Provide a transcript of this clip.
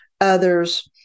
others